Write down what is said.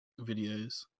videos